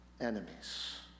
enemies